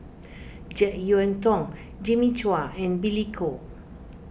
Jek Yeun Thong Jimmy Chua and Billy Koh